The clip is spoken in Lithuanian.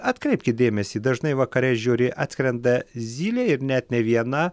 atkreipkit dėmesį dažnai vakare žiūri atskrenda zylė ir net ne viena